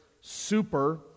super